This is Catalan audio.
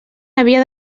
havia